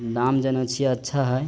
नाम जनै छियै अच्छा है